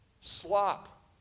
slop